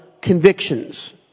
convictions